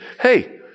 hey